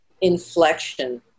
inflection